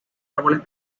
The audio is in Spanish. árboles